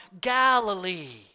Galilee